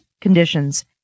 conditions